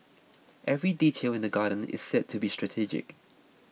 every detail in the garden is said to be strategic